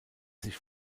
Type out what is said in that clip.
sich